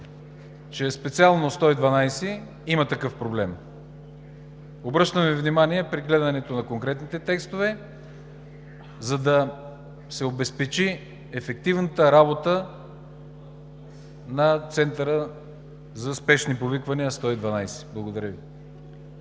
че специално 112 има такъв проблем. Обръщам Ви внимание при гледането на конкретните текстове, за да се обезпечи ефективната работа на Центъра за спешни повиквания 112. Благодаря Ви.